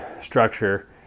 structure